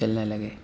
چلنے لگے